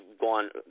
gone